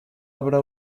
abra